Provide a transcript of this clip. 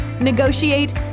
negotiate